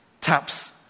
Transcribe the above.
Taps